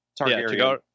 Targaryen